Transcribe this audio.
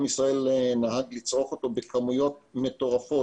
ישראל נהג לצרוך אותו בכמויות מטורפות,